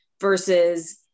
versus